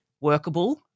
workable